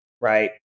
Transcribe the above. right